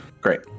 Great